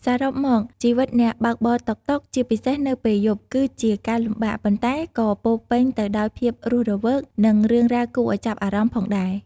សរុបមក ជីវិតអ្នកបើកបរតុកតុក ជាពិសេសនៅពេលយប់ គឺជាការលំបាក ប៉ុន្តែក៏ពោរពេញទៅដោយភាពរស់រវើក និងរឿងរ៉ាវគួរឱ្យចាប់អារម្មណ៍ផងដែរ។